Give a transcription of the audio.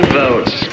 votes